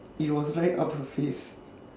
it was right up her face